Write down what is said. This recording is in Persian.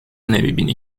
نمیبینی